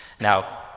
Now